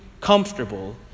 comfortable